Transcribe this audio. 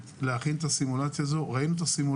להכין את הסימולציה הזו וראינו אותה.